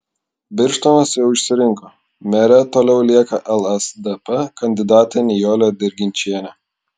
birštonas jau išsirinko mere toliau lieka lsdp kandidatė nijolė dirginčienė